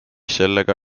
sellega